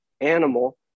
animal